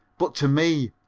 but to me,